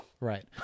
right